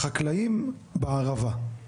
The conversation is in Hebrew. לחקלאים בערבה.